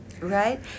right